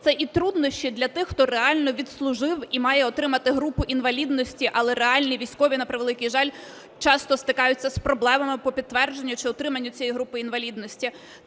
це і труднощі для тих, хто реально відслужив і має отримати групу інвалідності, але реально військові, на превеликий жаль, часто стикаються з проблемами по підтвердженню чи отриманню цієї групу інвалідності.